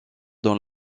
dans